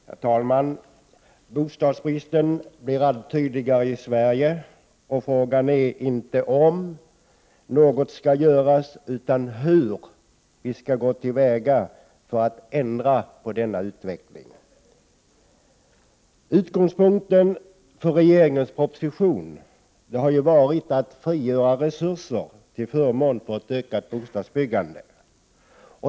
Herr talman! Bostadsbristen blir allt tydligare i Sverige. Frågan är inte om något skall göras, utan hur vi skall gå till väga för att ändra på denna utveckling. Utgångspunkten för regeringens proposition har varit att frigöra resurser till förmån för ett ökat bostadsbyggande.